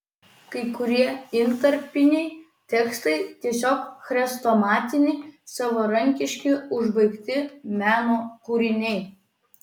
kai kurie intarpiniai tekstai tiesiog chrestomatiniai savarankiški užbaigti meno kūriniai